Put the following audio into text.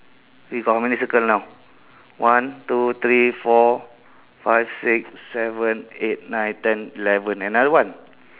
we got how many circle now one two three four five six seven eight nine ten eleven another one